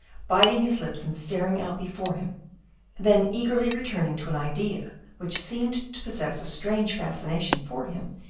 biting his lips and staring out before him then, eagerly returning to an idea which seemed to possess a strange fascination for him,